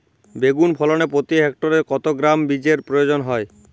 বেগুন ফলনে প্রতি হেক্টরে কত গ্রাম বীজের প্রয়োজন হয়?